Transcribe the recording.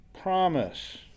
promise